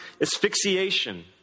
asphyxiation